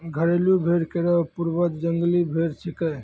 घरेलू भेड़ केरो पूर्वज जंगली भेड़ छिकै